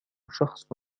شخص